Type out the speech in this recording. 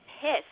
pissed